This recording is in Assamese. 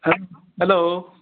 হেল্ল'